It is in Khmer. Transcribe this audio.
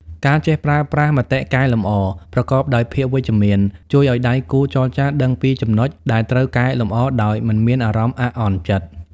ការចេះប្រើប្រាស់ "មតិកែលម្អ" ប្រកបដោយភាពវិជ្ជមាន ជួយឱ្យដៃគូចរចាដឹងពីចំណុចដែលត្រូវកែលម្អដោយមិនមានអារម្មណ៍អាក់អន់ចិត្ត។